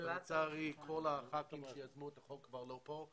לצערי כל חברי הכנסת שיזמו את החוק כבר לא כאן.